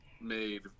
made